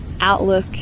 outlook